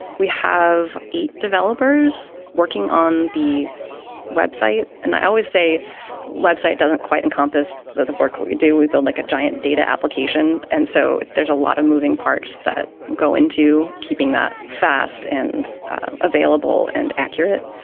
we have eight developers working on the website and i always say website doesn't quite encompass the the work we we do. we build like a giant data application. and so there's a lot of moving parts that go into keeping that fast and available and accurate.